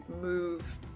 move